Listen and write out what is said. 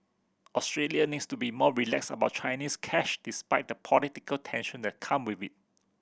Australia needs to be more relaxed about Chinese cash despite the political tension that come with it